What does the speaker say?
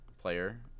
player